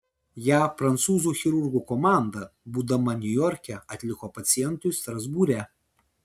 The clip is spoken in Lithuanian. ją prancūzų chirurgų komanda būdama niujorke atliko pacientui strasbūre